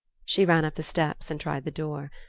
she ran up the steps and tried the door.